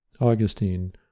Augustine